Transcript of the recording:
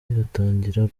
iratangira